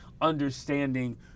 understanding